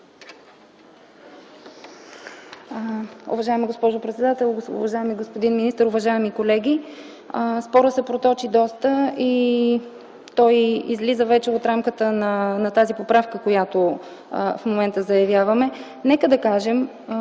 Уважаема госпожо председател, уважаеми господин министър, уважаеми колеги! Спорът се проточи доста и той излиза вече от рамките на тази поправка, която в момента заявяваме. Нека да кажем